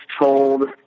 told